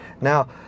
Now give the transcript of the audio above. Now